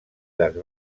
les